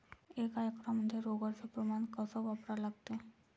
एक एकरमंदी रोगर च प्रमान कस वापरा लागते?